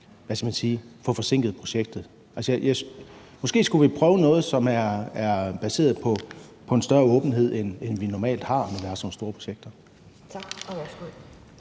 uden at man risikerer at få forsinket projektet. Måske skulle vi prøve noget, som er baseret på en større åbenhed, end vi normalt har i sådan nogle store projekter. Kl. 11:48 Anden